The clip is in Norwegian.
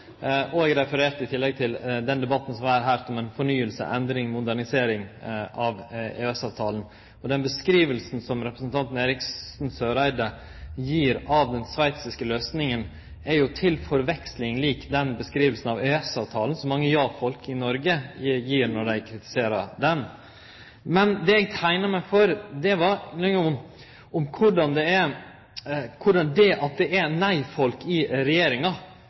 Eg refererte i tillegg til den debatten som har vore her, om fornying, endring, modernisering av EØS-avtalen. Den beskrivinga som representanten Eriksen Søreide gir av den sveitsiske løysinga, er jo til forveksling lik den beskrivinga av EØS-avtalen som mange ja-folk i Noreg gir når dei kritiserer han. Men det eg teikna meg for, var korleis det at det er nei-folk i Regjeringa, gjer det